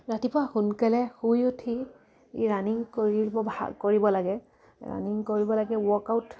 ৰাতিপুৱা সোনকালে শুই উঠি ৰানিং কৰিব লাগে ৰানিং কৰিব লাগে ৱৰ্কআউট